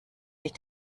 sich